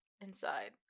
inside